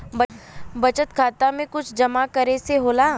बचत खाता मे कुछ जमा करे से होला?